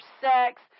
sex